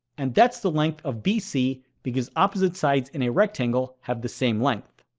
and that's the length of bc because opposite sides in a rectangle have the same length.